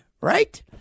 Right